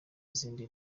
izindi